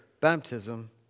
baptism